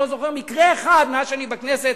אני לא זוכר מקרה אחד מאז אני בכנסת